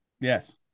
Yes